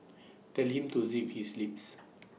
tell him to zip his lips